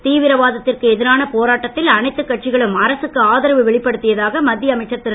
தீவிரவாதத்திற்கு எதிரான போராட்டத்தில் அனைத்துக் கட்சிகளும் அரசுக்கு ஆதரவு வெளிப்படுத்தியதாக மத்திய அமைச்சர் திரு